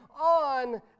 on